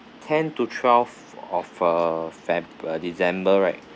ten to twelve of uh feb~ uh december right